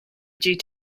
due